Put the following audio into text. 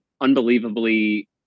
unbelievably